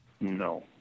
No